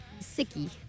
Sicky